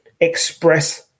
express